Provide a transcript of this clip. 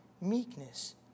meekness